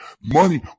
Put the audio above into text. money